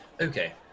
Okay